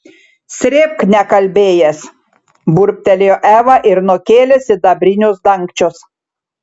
srėbk nekalbėjęs burbtelėjo eva ir nukėlė sidabrinius dangčius